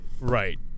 Right